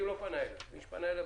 מי יכול לענות לו על זה?